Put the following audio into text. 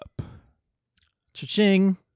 Cha-ching